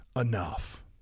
enough